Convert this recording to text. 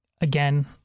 Again